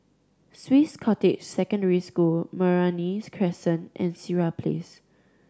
Swiss Cottage Secondary School Meranti Crescent and Sireh Place